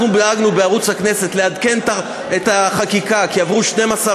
אנחנו דאגנו לעדכן את החקיקה לגבי ערוץ הכנסת,